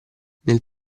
nel